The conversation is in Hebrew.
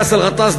באסל גטאס,